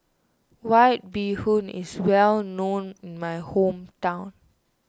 White Bee Hoon is well known in my hometown